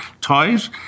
toys